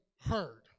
heard